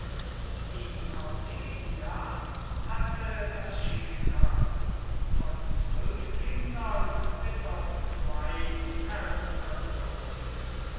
die cornelia hatte das schicksal von zwölf kindern bis auf zwei heruntergebracht